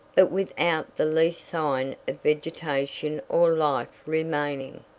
but without the least sign of vegetation or life remaining.